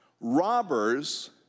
Robbers